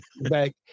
back